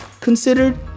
considered